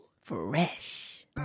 Fresh